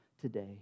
today